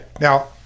Now